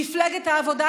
מפלגת העבודה,